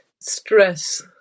stress